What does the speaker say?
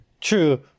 True